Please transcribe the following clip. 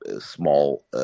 small